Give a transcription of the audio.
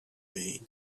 been